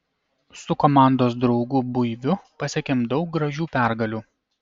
su komandos draugu buiviu pasiekėm daug gražių pergalių